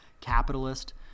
capitalist